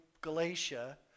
Galatia